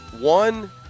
One